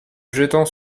jetant